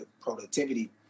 productivity